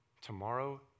tomorrow